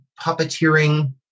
puppeteering